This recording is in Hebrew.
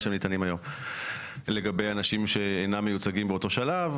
שהם ניתנים היום לגבי אנשים שאינם מיוצגים באותו שלב,